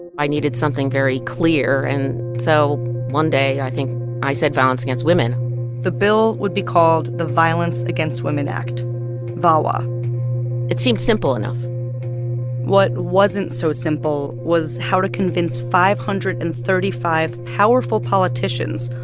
and i needed something very clear. and so one day, i think i said violence against women the bill would be called the violence against women act vawa it seemed simple enough what wasn't so simple was how to convince five hundred and thirty five powerful politicians,